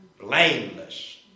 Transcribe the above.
Blameless